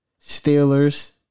Steelers